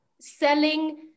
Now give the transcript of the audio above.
selling